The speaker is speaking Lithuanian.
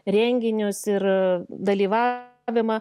renginius ir dalyvavimą